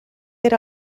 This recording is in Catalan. era